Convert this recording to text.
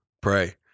Pray